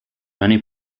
many